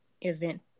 event